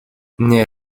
nie